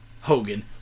Hogan